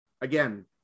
Again